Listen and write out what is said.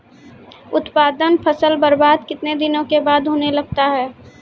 उत्पादन फसल बबार्द कितने दिनों के बाद होने लगता हैं?